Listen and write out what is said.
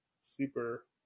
super